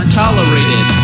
tolerated